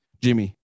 Jimmy